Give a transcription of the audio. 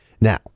Now